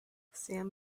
sam